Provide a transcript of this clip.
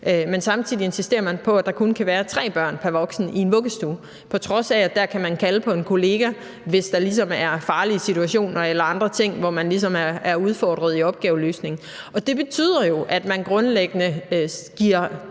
men samtidig insisterer man på, at der kun kan være tre børn pr. voksen i en vuggestue, på trods af at man der kan kalde på en kollega, hvis der er farlige situationer eller andre ting, hvor man er udfordret i opgaveløsningen. Det betyder jo, at man grundlæggende giver